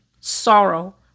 sorrow